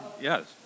Yes